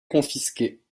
confisqués